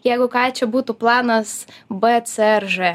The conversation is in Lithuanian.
jeigu ką čia būtų planas b c ar ž